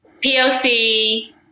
POC